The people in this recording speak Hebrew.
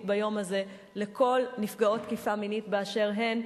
ביום הזה לכל נפגעות תקיפה מינית באשר הן.